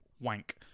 Wank